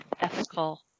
ethical